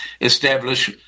establish